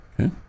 Okay